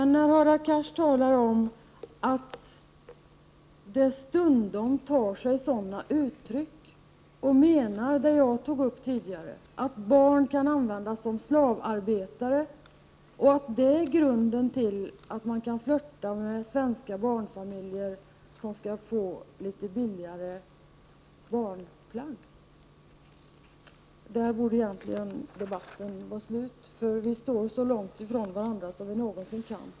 När Hadar Cars säger att fattigdomen stundom tar sig sådana uttryck och menar det jag nämnde, att barn kan användas som slavarbetare, och att det är grunden till att man kan flirta med svenska barnfamiljer som skall få litet billigare barnplagg, då borde egentligen debatten vara slut. Vi står så långt ifrån varandra som vi någonsin kan.